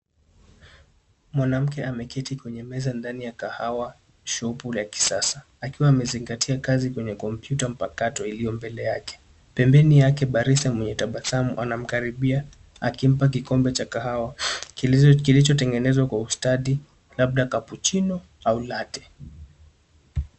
Mwanamke ameketi kwenye meza ndani ya kahawa shupu ya kisasa akiwa amezingatia kazi kwenye kompyuta mpakato iliyo mbele yake. Pembeni yake, barise mwenye tabasamu anamkaribia akimpa kikombe cha kahawa kilichotengenezwa kwa ustadi laabda kapuchino au late.